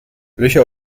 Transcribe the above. löcher